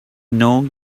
know